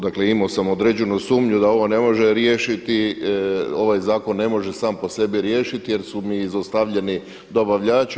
Dakle, imao sam određenu sumnju da ovo ne može riješiti, ovaj zakon ne može sam po sebi riješiti jer su mi izostavljeni dobavljači.